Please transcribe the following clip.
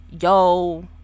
yo